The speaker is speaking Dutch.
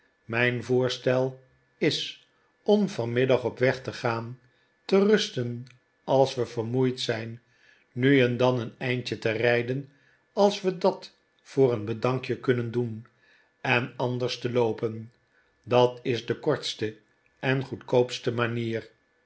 mijn voorstel is om vanmiddag op weg te gaan te rusten als we vermoeid zijn nu en dan een eindje te rijden als we dat voor een bedankje kunnen doen en anders te loopen dat is de kortste en goedkoopste manier